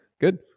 Good